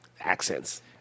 Accents